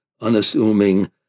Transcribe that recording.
unassuming